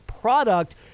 product